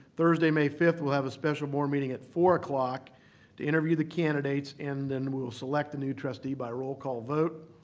thursday, may fifth, we'll have a special board meeting at four zero ah to interview the candidates and then we'll select the new trustee by roll call vote.